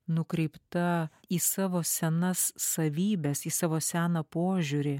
nukreipta į savo senas savybes į savo seną požiūrį